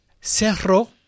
Cerro